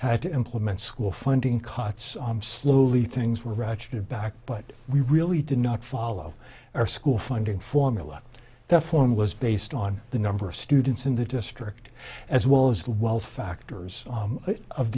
had to implement school funding cuts slowly things were ratcheted back but we really did not follow our school funding formula that form was based on the number of students in the district as well as the wealth factors